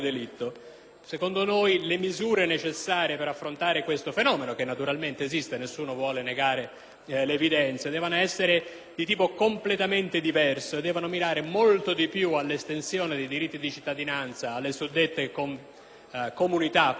l'evidenza) debbono essere di tipo completamente diverso e mirare molto di più all'estensione dei diritti di cittadinanza alle suddette comunità presenti in Italia ed eventualmente a politiche di integrazione sociale e culturale, nonché economica.